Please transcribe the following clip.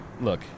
look